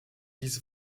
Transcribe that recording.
diese